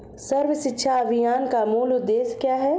सर्व शिक्षा अभियान का मूल उद्देश्य क्या है?